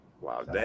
Wow